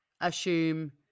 assume